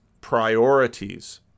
priorities